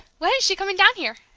when is she coming down here?